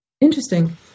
interesting